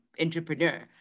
entrepreneur